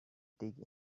dig